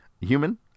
Human